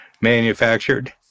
manufactured